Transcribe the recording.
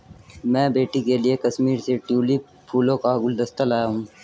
मैं बेटी के लिए कश्मीर से ट्यूलिप फूलों का गुलदस्ता लाया हुं